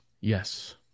Yes